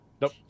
nope